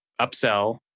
upsell